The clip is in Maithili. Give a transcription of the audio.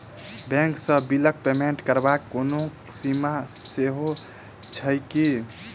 बैंक सँ बिलक पेमेन्ट करबाक कोनो सीमा सेहो छैक की?